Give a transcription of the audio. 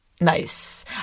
Nice